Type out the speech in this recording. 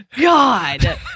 God